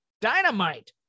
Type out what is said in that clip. Dynamite